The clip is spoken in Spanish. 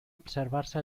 observarse